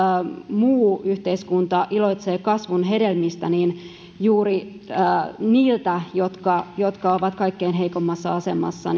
muu yhteiskunta iloitsee kasvun hedelmistä nämä nyt viedään pois juuri niiltä jotka jotka ovat kaikkein heikoimmassa asemassa